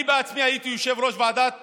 אני בעצמי הייתי יושב-ראש ועדת